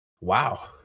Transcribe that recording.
Wow